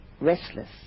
restless